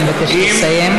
אני מבקשת לסיים.